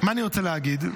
מה אני רוצה להגיד,